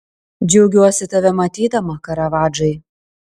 džiaugiuosi tave matydama karavadžai